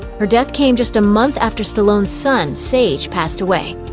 her death came just a month after stallone's son, sage, passed away.